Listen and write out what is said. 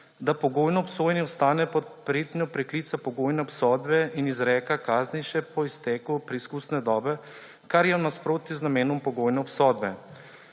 da pogojno obsojanje ostane pod pretnjo preklica pogojne obsodbe in izreka kazni še po izteku preizkusne dobe, kar je v nasprotju z namenom pogojne obsodbe.